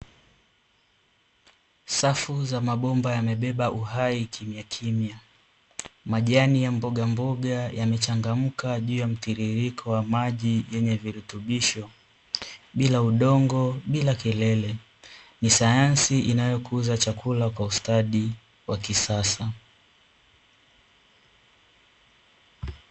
Safu za mabomba yamebeba uhai kimyakimya. Majani ya mbogamboga yamechangamka juu ya mtiririko wa maji yenye virutubisho, bila udongo bila kelele. Ni sayansi inayokuza chakula kwa ustadi wa kisasa.